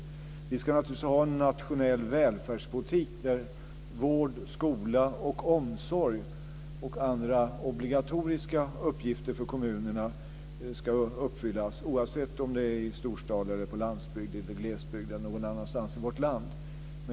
Naturligtvis ska vi ha en nationell välfärdspolitik där detta med vård, skola och omsorg samt andra obligatoriska uppgifter för kommunerna ska uppfyllas, oavsett om det gäller i storstad eller om det gäller på landsbygden, i glesbygden eller någon annanstans i vårt land.